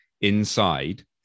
inside